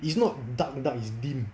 is not dark dark is dim